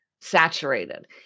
saturated